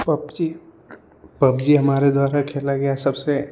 PUBG PUBG हमारे द्वारा खेला गया सबसे